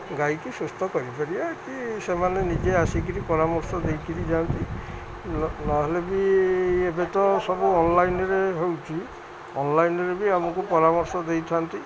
ଗାଈକି ସୁସ୍ଥ କରିପାରିବା କି ସେମାନେ ନିଜେ ଆସିକିରି ପରାମର୍ଶ ଦେଇକିରି ଯାଆନ୍ତି ନହେଲେ ବି ଏବେ ତ ସବୁ ଅନ୍ଲାଇନ୍ରେ ହଉଛି ଅନ୍ଲାଇନ୍ରେ ବି ଆମକୁ ପରାମର୍ଶ ଦେଇଥାନ୍ତି